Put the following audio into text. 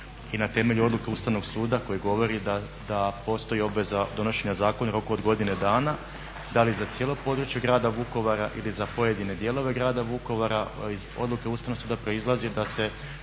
i na temelju Odluke Ustavnog suda koji govori da postoji obveza donošenja zakona u roku od godine dana da li za cijelo područje grada Vukovara ili za pojedine dijelove grada Vukovara iz Odluke Ustavnog suda proizlazi da se